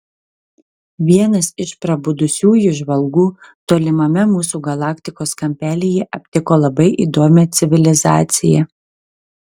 vienas iš prabudusiųjų žvalgų tolimame mūsų galaktikos kampelyje aptiko labai įdomią civilizaciją